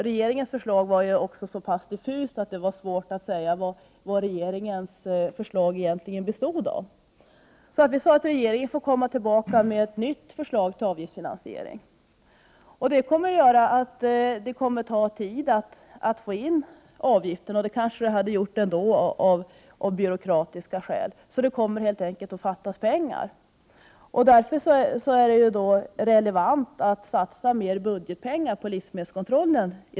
Regeringens förslag var också så diffust att det var svårt att se vad det egentligen bestod av, så vi sade att regeringen får komma tillbaka med ett nytt förslag till avgiftsfinansiering. Det gör att det kommer att ta tid att få in några avgifter; det hade det kanske gjort ändå, av byråkratiska skäl. Därför kommer det helt enkelt att fattas pengar, och därför är det relevant att satsa mer budgetmedel på livsmedelskontrollen.